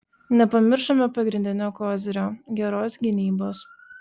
nepamiršome pagrindinio kozirio geros gynybos